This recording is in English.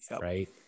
right